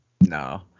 No